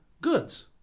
goods